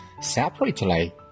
separately